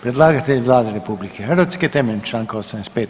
Predlagatelj je Vlada RH temeljem Članka 85.